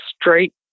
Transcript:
straight